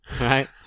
Right